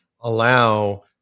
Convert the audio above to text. allow